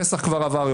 פסח כבר עבר,